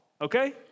okay